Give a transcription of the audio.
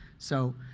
so